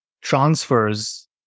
transfers